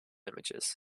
images